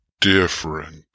different